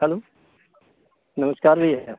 hello नमस्कार भैया